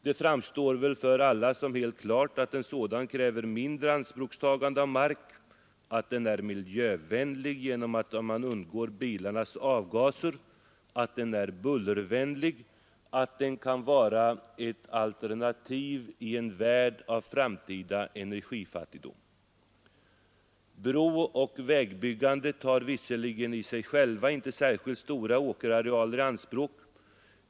Det framstår väl för alla som helt klart att en spårbunden förbindelse kräver mindre ianspråktagande av mark, att den är miljövänlig genom att man undgår bilarnas avgaser, att den är bullervänlig och att den kan vara ett alternativ i en värld av framtida energifattigdom. Brooch vägbyggandet tar visserligen i sig självt inte särskilt stora åkerarealer i anspråk.